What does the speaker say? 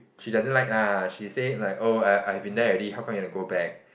she doesn't like lah she say like oh I've been there already how come you want to go back